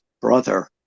brother